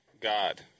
God